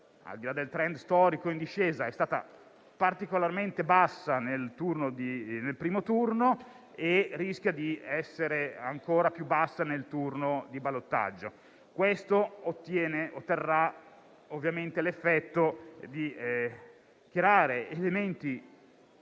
al di là del *trend* storico in discesa, è stata particolarmente bassa nel primo turno e rischia di essere ancora più bassa nel turno di ballottaggio. Questo comporterà l'ovvia conseguenza di una